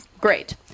Great